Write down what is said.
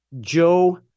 Joe